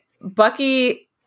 Bucky